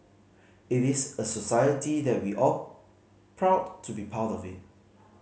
it is a society that we all proud to be part of it